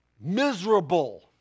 miserable